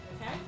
Okay